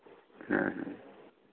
ᱦᱮᱸ ᱦᱮᱸ